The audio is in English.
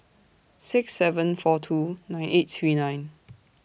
six seven four two nine eight three nine